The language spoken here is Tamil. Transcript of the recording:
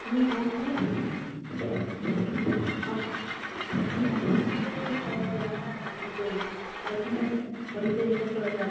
ம் அவங்க ம் அப் ம் அவங்க வீட்டில் இருந்து பழகிட்டதால் அவங்களுக்கு படிப்பு இன்ட்ரெஸ்ட் வரல